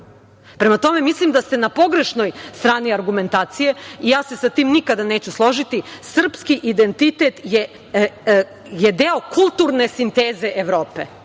Prema tome, mislim da ste na pogrešnoj strani argumentacije i ja se sa tim nikada neću složiti. Srpski identitet je deo kulturne sinteze Evrope